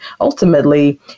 ultimately